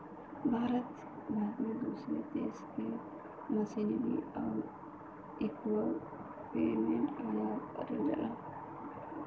भारत में दूसरे देश से मशीनरी आउर इक्विपमेंट आयात करल जाला